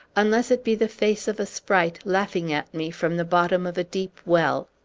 unless it be the face of a sprite laughing at me from the bottom of a deep well.